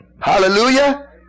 Hallelujah